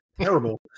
terrible